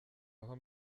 aho